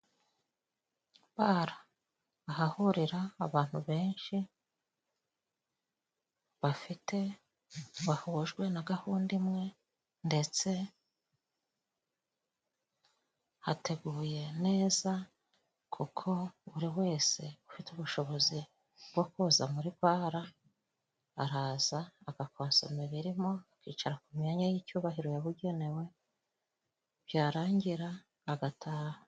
Bara ahahurira abantu benshi bafite bahujwe na gahunda imwe ndetse hateguye neza kuko buri wese ufite ubushobozi bwo kuza muri bara araza agakonsoma ibirimo, akicara ku myanya y'icyubahiro yabugenewe byarangira agataha.